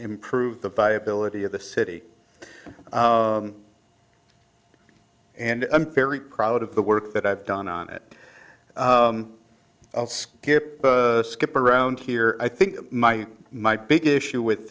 improve the viability of the city and i'm very proud of the work that i've done on it i'll skip skip around here i think my my big issue with